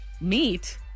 Meet